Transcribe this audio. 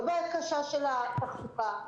לא הבקשה של התחזוקה,